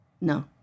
no